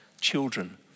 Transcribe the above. children